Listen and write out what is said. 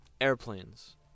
airplanes